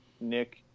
Nick